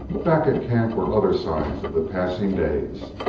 back at camp were other signs of the passing days.